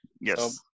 Yes